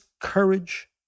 courage